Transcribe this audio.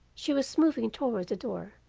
she was moving toward the door,